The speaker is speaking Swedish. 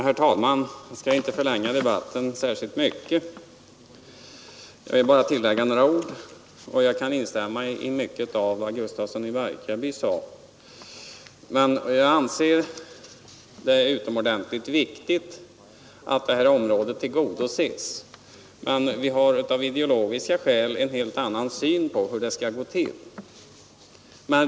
Herr talman! Jag skall inte förlänga debatten särskilt mycket. Jag vill bara tillägga några ord och kan instämma i mycket av vad herr Gustafsson i Barkarby sade. Jag anser det utomordentligt viktigt att det här området tillgodoses, men vi har av ideologiska skäl en helt annan syn på hur det skall gå till.